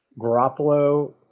Garoppolo